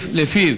שלפיו,